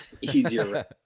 easier